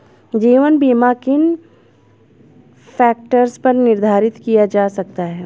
जीवन बीमा किन फ़ैक्टर्स पर निर्धारित किया जा सकता है?